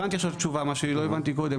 הבנתי עכשיו את התשובה שלא הבנתי קודם,